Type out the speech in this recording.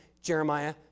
Jeremiah